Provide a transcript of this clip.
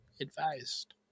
advised